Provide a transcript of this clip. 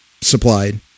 supplied